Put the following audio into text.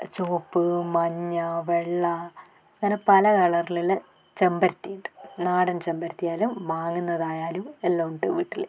ചുവപ്പ് മഞ്ഞ വെള്ള അങ്ങനെ പല കളറിലുള്ള ചെമ്പരത്തി ഉണ്ട് നാടൻ ചെമ്പരത്തിയായാലും വാങ്ങുന്നതായാലും എല്ലാമുണ്ട് വീട്ടിൽ